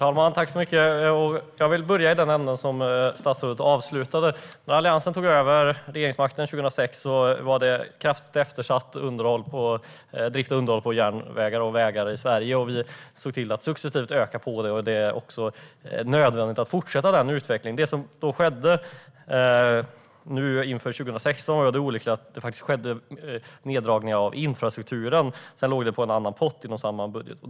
Herr talman! Jag vill börja där statsrådet avslutade. När Alliansen tog över regeringsmakten 2006 var underhållet på Sveriges järnvägar och vägar kraftigt eftersatt. Vi såg till att successivt öka det, och det är nödvändigt att fortsätta den utvecklingen. Inför 2016 skedde olyckligtvis neddragningar av infrastrukturen, vilket låg i en annan pott inom samma budget.